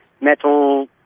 metal